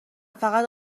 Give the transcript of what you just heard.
فقط